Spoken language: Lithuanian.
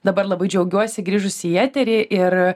dabar labai džiaugiuosi grįžusi į eterį ir